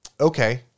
okay